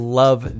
love